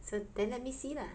so then let me see lah